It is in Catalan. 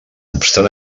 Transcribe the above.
obstant